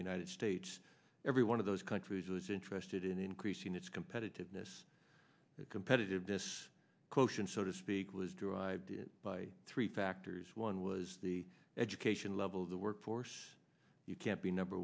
the united states every one of those countries was interested in increasing its competitiveness competitiveness quotient so to speak was derived by three factors one was the education level of the workforce you can't be number